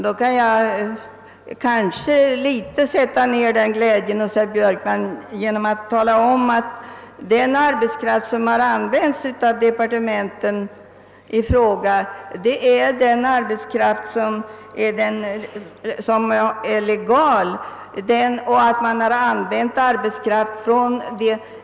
Jag får kanske något dämpa hans glädje genom att upplysa om att den arbetskraft som har använts i departementen i fråga är legal.